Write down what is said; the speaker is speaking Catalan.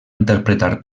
interpretar